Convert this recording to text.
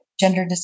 gender